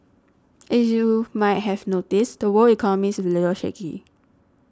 as you might have noticed the world economy is a little shaky